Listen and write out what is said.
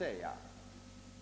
Men